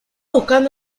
buscando